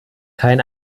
kein